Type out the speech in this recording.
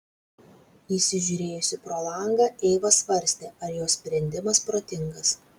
įsižiūrėjusi pro langą eiva svarstė ar jos sprendimas protingas